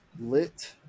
lit